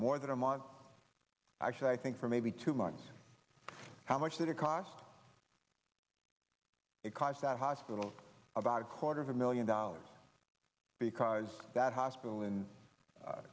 more than a month actually i think for maybe two months how much that it cost because that hospital about a quarter of a million dollars because that hospital